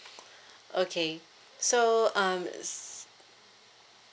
okay so um